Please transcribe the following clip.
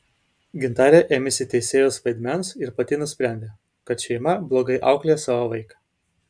gintarė ėmėsi teisėjos vaidmens ir pati nusprendė kad šeima blogai auklėja savo vaiką